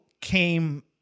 came